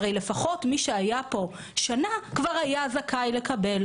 הרי לפחות מי שהיה פה שנה כבר היה זכאי לקבל